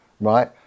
right